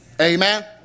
Amen